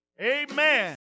Amen